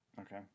Okay